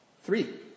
Three